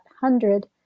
hundred